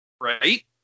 Right